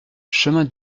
chemin